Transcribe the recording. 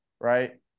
right